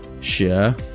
share